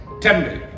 temple